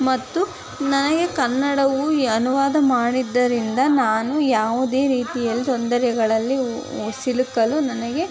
ಮತ್ತು ನನಗೆ ಕನ್ನಡವೂ ಈ ಅನುವಾದ ಮಾಡಿದ್ದರಿಂದ ನಾನು ಯಾವುದೇ ರೀತಿಯಲ್ಲಿ ತೊಂದರೆಗಳಲ್ಲಿ ಸಿಲುಕಲು ನನಗೆ